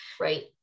Right